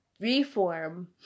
reform